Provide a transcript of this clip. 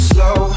Slow